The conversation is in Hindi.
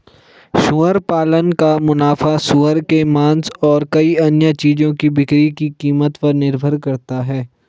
सुअर पालन का मुनाफा सूअर के मांस और कई अन्य चीजों की बिक्री की कीमत पर निर्भर करता है